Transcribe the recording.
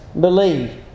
believe